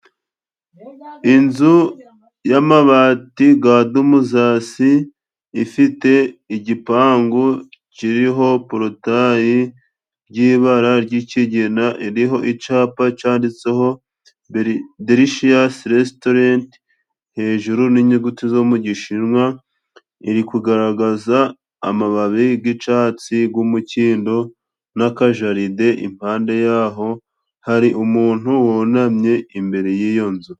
Inzu y'amabati ga dumuzasi， ifite igipangu kiriho porotaye y'ibara ry'ikigina， iriho icapa canditseho derishiyazi resitorenti hejuru，n'inyuguti zo mu gishinwa， iri kugaragaza amababi g'icatsi g'umukindo n'akajaride impande yaho，hari umuntu wunamye imbere y'iyo nzu.